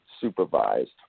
supervised